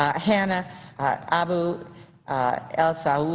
ah hannah abu el said,